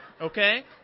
Okay